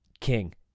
King